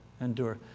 endure